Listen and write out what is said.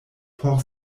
por